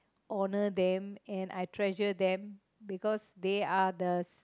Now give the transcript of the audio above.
honor them and I treasure them because they are the